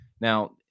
now